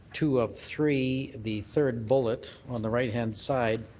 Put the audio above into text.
two of three, the third bullet, on the right-hand side,